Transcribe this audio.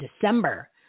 December